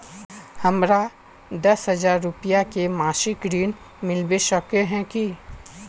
हमरा दस हजार रुपया के मासिक ऋण मिलबे सके है की?